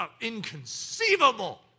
Inconceivable